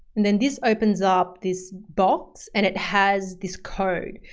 and then this opens up this box and it has this code.